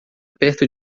perto